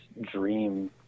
dream